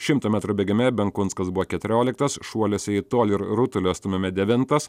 šimto metrų bėgime benkunskas buvo keturioliktas šuoliuose į tolį ir rutulio stūmime devintas